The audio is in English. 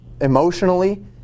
emotionally